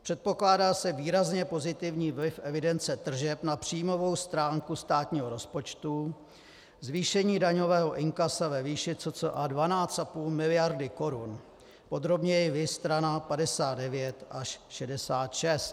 Předpokládá se výrazně pozitivní vliv evidence tržeb na příjmovou stránku státního rozpočtu, zvýšení daňového inkasa ve výši cca 12,5 mld. korun, podrobněji viz strana 59 až 66.